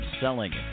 selling